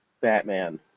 Batman